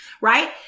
Right